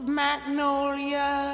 magnolia